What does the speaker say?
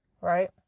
right